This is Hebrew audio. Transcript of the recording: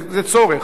זה צורך.